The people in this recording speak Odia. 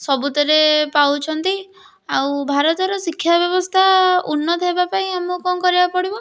ସବୁଥିରେ ପାଉଛନ୍ତି ଆଉ ଭାରତର ଶିକ୍ଷା ବ୍ୟବସ୍ଥା ଉନ୍ନତ ହେବା ପାଇଁ ଆମକୁ କ'ଣ କରିବାକୁ ପଡ଼ିବ